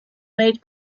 made